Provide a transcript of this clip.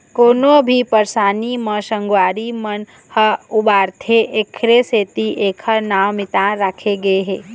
कोनो भी परसानी म संगवारी मन ह उबारथे एखरे सेती एखर नांव मितान राखे गे हे